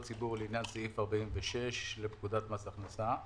ציבור לעניין סעיף 46 לפקודת מס הכנסה,